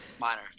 minor